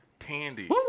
Tandy